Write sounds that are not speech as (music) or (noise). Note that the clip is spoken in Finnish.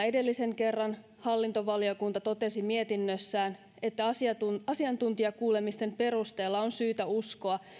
(unintelligible) edellisen kerran viime vuonna hallintovaliokunta totesi mietinnössään että asiantuntijakuulemisten perusteella on syytä uskoa